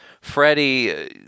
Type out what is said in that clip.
Freddie